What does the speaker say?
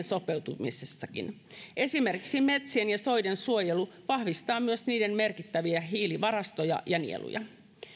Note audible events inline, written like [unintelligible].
[unintelligible] sopeutumisessakin esimerkiksi metsien ja soiden suojelu vahvistaa myös niiden merkittäviä hiilivarastoja ja nieluja